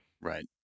Right